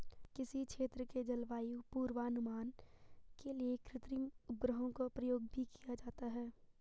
किसी क्षेत्र के जलवायु पूर्वानुमान के लिए कृत्रिम उपग्रहों का प्रयोग भी किया जाता है